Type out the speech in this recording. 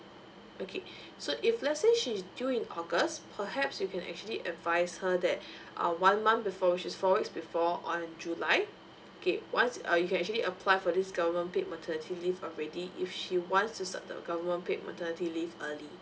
okay so if let's say she's due in august perhaps you can actually advice her that uh one month before which is four weeks before on july okay once uh you can actually apply for this government paid maternity leave already if she wants to start the government paid maternity leave early